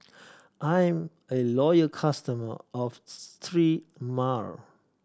I am a loyal customer of Sterimar